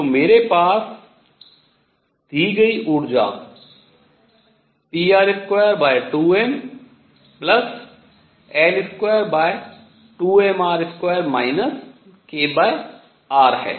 तो मेरे पास दी गई ऊर्जा pr22mL22mr2 kr है